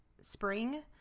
spring